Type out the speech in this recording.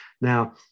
now